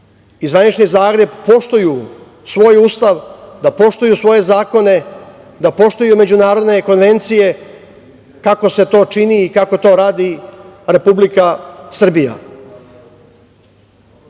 i zvanični Zagreb poštuju svoj ustav, da poštuju svoje zakone, da poštuju međunarodne konvencije, kako se to čini i kako to radi Republika Srbija. Smatram